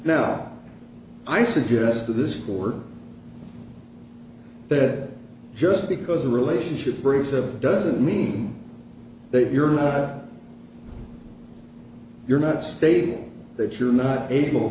now i suggested this or that just because a relationship brings a doesn't mean that you're not you're not stating that you're not able